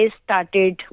started